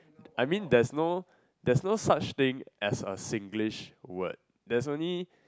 I mean there's no there's no such thing as a Singlish word there's only